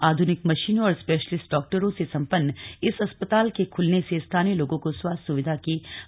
आध्निक मशीनों और स्पेशलिस्ट डॉक्टरों से संपन्न इस अस्पताल के खुलने से स्थानीय लोगों को स्वास्थ्य सुविधा की बड़ी सौगात मिली है